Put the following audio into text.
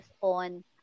on